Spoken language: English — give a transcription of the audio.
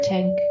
Tank